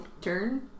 turn